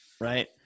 Right